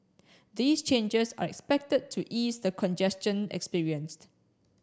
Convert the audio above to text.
these changes are expected to ease the congestion experienced